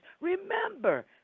remember